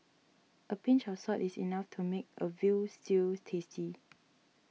a pinch of salt is enough to make a Veal Stew tasty